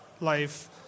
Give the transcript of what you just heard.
life